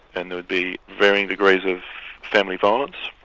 and there would be varying degrees of family violence.